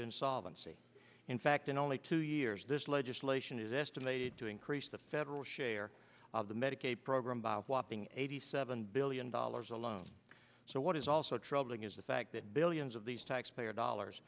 insolvency in fact in only two years this legislation is estimated to increase the federal share of the medicaid program by a whopping eighty seven billion dollars alone so what is also troubling is the fact that billions of these taxpayer dollars